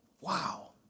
wow